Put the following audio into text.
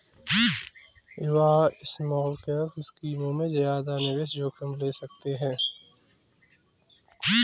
युवा स्मॉलकैप स्कीमों में ज्यादा निवेश जोखिम ले सकते हैं